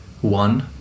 one